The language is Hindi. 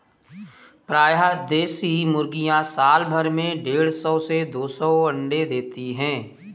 प्रायः देशी मुर्गियाँ साल भर में देढ़ सौ से दो सौ अण्डे देती है